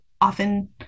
often